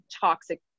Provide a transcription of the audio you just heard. toxic